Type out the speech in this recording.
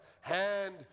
hand